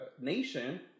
nation